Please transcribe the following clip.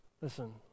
Listen